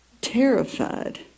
terrified